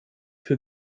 für